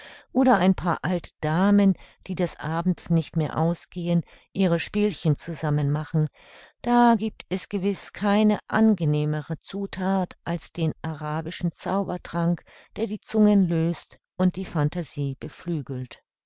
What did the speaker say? oder ein paar alte damen die des abends nicht mehr ausgehen ihr spielchen zusammen machen da gibt es gewiß keine angenehmere zuthat als den arabischen zaubertrank der die zungen löst und die phantasie beflügelt